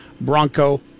Bronco